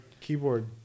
keyboard